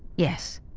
yes.